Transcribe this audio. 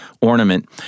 ornament